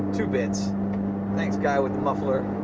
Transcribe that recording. two bits thanks, guy with the muffler.